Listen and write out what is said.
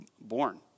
born